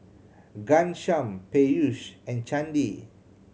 Ghanshyam Peyush and Chandi